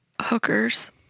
hookers